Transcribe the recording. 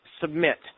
submit